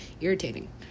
irritating